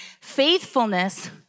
faithfulness